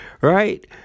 Right